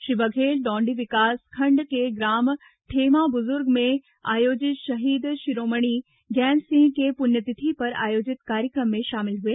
श्री बघेल डौंडी विकासखंड के ग्राम ठेमाबुजुर्ग में आयोजित शहीद शिरोमणी गैंदसिंह के पुण्यतिथि पर आयोजित कार्यक्रम में शामिल हुए